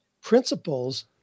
principles